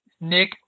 Nick